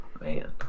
Man